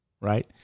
right